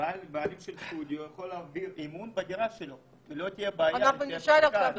שבעל סטודיו יכול להעביר אימון בדירה שלו ולא תהיה בעיה לפי הפסיקה.